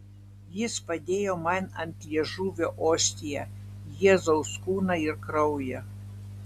jis padėjo man ant liežuvio ostiją jėzaus kūną ir kraują